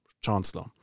chancellor